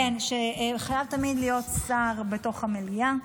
כן, שחייב תמיד להיות שר בתוך המליאה.